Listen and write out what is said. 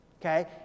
Okay